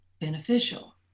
beneficial